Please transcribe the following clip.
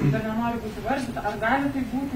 bet nenori būt įvardinta ar gali tai būti